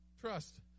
Trust